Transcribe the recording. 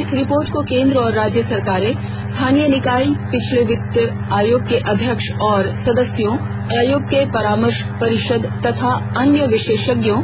इस रिपोर्ट को केन्द्र और राज्य सरकारें स्थानीय निकाय पिछले वित्त आयोग के अध्यक्ष और सदस्यों आयोग की परामर्श परिषद तथा अन्य विशेषज्ञों